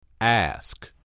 Ask